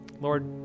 Lord